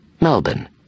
Melbourne